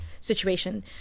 situation